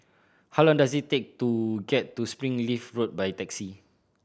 how long does it take to get to Springleaf Road by taxi